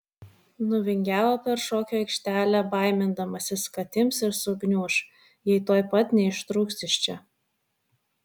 nuvingiavo per šokių aikštelę baimindamasis kad ims ir sugniuš jei tuoj pat neištrūks iš čia